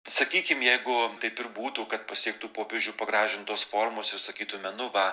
sakykim jeigu taip ir būtų kad pasiektų popiežių pagražintos formos ir sakytume nu va